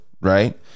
right